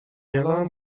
alarm